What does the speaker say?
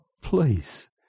please